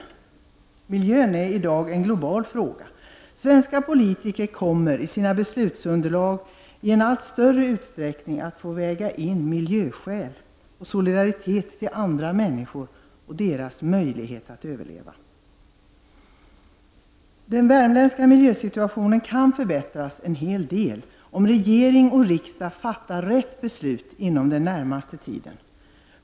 Miljön är i dag en global fråga. Svenska politiker kommer i sina beslutsunderlag i allt större utsträckning att få väga in miljöskäl samt visa solidaritet mot andra människor och deras möjlighet att överleva. Den värmländska miljösituationen kan förbättras en hel del, om regering och riksdag fattar rätt beslut inom den närmaste tiden.